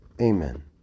Amen